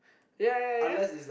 ya ya ya